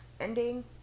ending